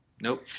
Nope